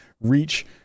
reach